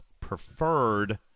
preferred